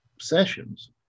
sessions